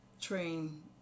train